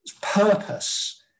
purpose